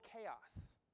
chaos